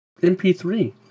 MP3